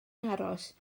aros